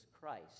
Christ